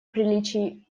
приличий